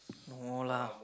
no lah